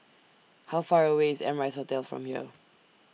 How Far away IS Amrise Hotel from here